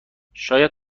شاید